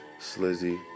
Slizzy